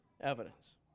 evidence